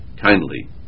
kindly